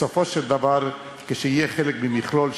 בסופו של דבר, כשיהיה חלק ממכלול שלם,